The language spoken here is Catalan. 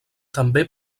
també